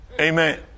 Amen